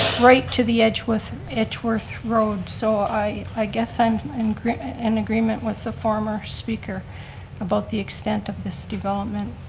right to the edgeworth edgeworth road, so i i guess i'm in agreement and agreement with the former speaker of both the extent of this development.